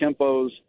tempos